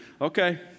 Okay